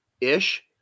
ish